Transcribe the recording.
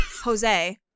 Jose